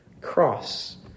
cross